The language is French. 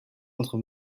entre